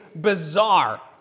bizarre